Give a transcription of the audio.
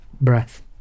breath